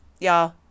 Y'all